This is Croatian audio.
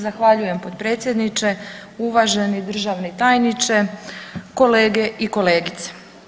Zahvaljujem potpredsjedniče, uvaženi državni tajniče, kolege i kolegice.